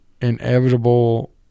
inevitable